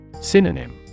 synonym